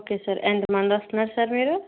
okay sir ఎంతమంది వస్తున్నారు sir మీరు